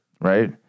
right